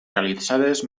realitzades